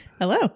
Hello